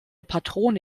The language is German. patrone